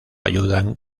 ayudan